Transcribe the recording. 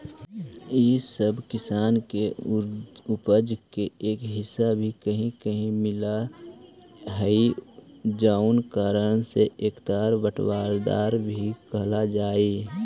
इ सब किसान के उपज के एक हिस्सा भी कहीं कहीं मिलऽ हइ जउन कारण से एकरा बँटाईदार भी कहल जा हइ